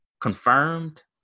confirmed